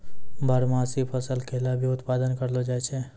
बारहमासी फसल केला भी उत्पादत करलो जाय छै